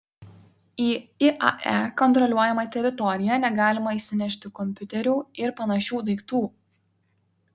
į iae kontroliuojamą teritoriją negalima įsinešti kompiuterių ir panašių daiktų